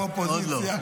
גם אופוזיציה.